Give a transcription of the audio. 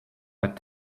but